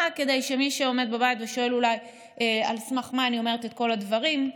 רק כדי שמי שעומד בבית ושואל אולי על סמך מה אני אומרת את כל הדברים,